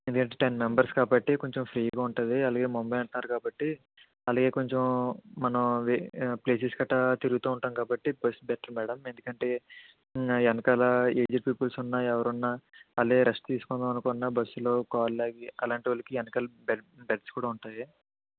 ఎందుకంటే ten members కాబట్టి కొంచెం ఫ్రీగా ఉంటుంది అలాగే ముంబై అంటున్నారు కాబట్టి అలాగే కొంచెం మనం ప్లేసెస్ గట్ట తిరుగుతూ ఉంటాం కాబట్టి బస్ బెటర్ మేడం ఎందుకంటే వెనకాల ఏజ్డ్ పీపుల్స్ ఉన్న ఎవరున్న మళ్ళీ రెస్ట్ తీసుకుందాం అనుకున్న బస్లో కాళ్ళు అయి అలాంటోల్లోకి వెనకల బెడ్ బెడ్స్ కూడా ఉంటాయి